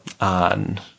on